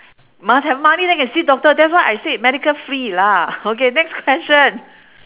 must have money then can see doctor that's why I said medical free lah okay next question